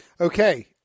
Okay